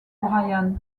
brian